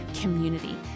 community